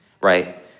right